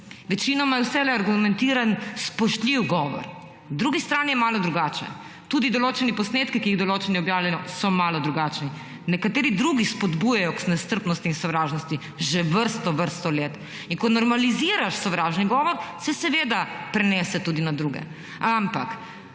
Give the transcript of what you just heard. Večinoma je vselej argumentiran, spoštljiv govor. Na drugi strani je malo drugače. Tudi določeni posnetki, ki jih določeni objavljajo, so malo drugačni. Nekateri drugi spodbujajo k nestrpnosti in sovražnosti že vrsto, vrsto let. In ko normaliziraš sovražni govor, se seveda prenese tudi na druge. Ampak